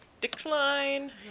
decline